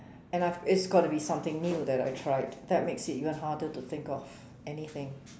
and I've it's got to be something new that I tried that makes it even harder to think of anything